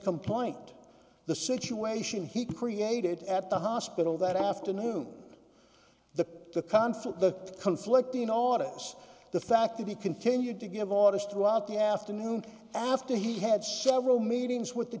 complaint the situation he created at the hospital that afternoon the conflict the conflict in all of us the fact that he continued to give orders throughout the afternoon after he had several meetings with the